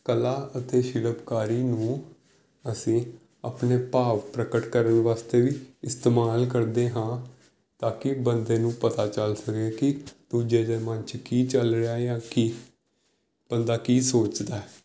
ਕਲਾ ਅਤੇ ਸ਼ਿਲਪਕਾਰੀ ਨੂੰ ਅਸੀਂ ਆਪਣੇ ਭਾਵ ਪ੍ਰਗਟ ਕਰਨ ਵਾਸਤੇ ਵੀ ਇਸਤੇਮਾਲ ਕਰਦੇ ਹਾਂ ਤਾਂਕਿ ਬੰਦੇ ਨੂੰ ਪਤਾ ਚੱਲ ਸਕੇ ਕਿ ਦੂਜੇ ਦੇ ਮਨ 'ਚ ਕੀ ਚੱਲ ਰਿਹਾ ਜਾਂ ਕੀ ਬੰਦਾ ਕੀ ਸੋਚਦਾ